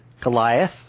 Goliath